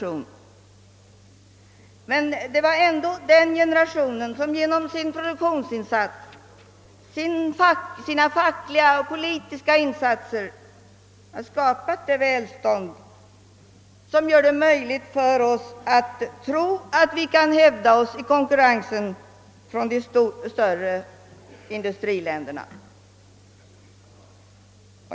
Och ändå var det den generationen som genom sina insatser i produktionen och i det fackliga och politiska livet skapade det välstånd som nu gör det möjligt för oss att hävda oss i konkurrensen med de större industriländerna.